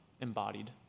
embodied